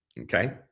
Okay